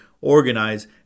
organize